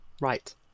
Right